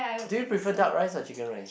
do you prefer duck rice or Chicken Rice